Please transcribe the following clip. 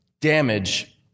damage